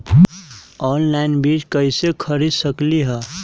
Online बीज कईसे खरीद सकली ह?